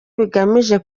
bigamije